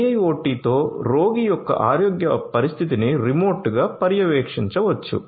IIoT తో రోగి యొక్క ఆరోగ్య పరిస్థితిని రిమోట్గా పర్యవేక్షించవచ్చు